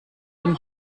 dem